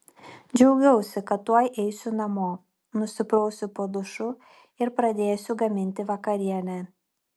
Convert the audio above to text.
džiaugiausi kad tuoj eisiu namo nusiprausiu po dušu ir pradėsiu gaminti vakarienę